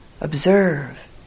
Observe